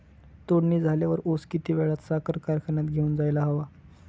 तोडणी झाल्यावर ऊस किती वेळात साखर कारखान्यात घेऊन जायला हवा?